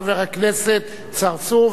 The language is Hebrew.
חבר הכנסת צרצור,